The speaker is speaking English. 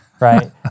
Right